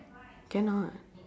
cannot